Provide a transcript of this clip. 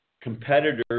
competitors